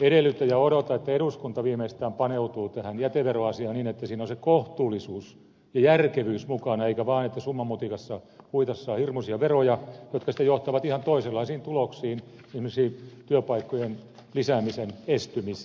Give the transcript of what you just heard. edellytän ja odotan että eduskunta viimeistään paneutuu tähän jäteveroasiaan niin että siinä on se kohtuullisuus ja järkevyys mukana eikä vaan ole niin että summanmutikassa huitaistaan hirmuisia veroja jotka sitten johtavat ihan toisenlaisiin tuloksiin esimerkiksi työpaikkojen lisäämisen estymiseen